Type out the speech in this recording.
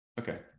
okay